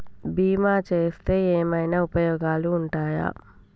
బీమా చేస్తే ఏమన్నా ఉపయోగాలు ఉంటయా?